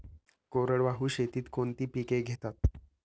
कोरडवाहू शेतीत कोणती पिके घेतात?